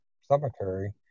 cemetery